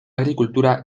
agricultura